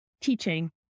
teaching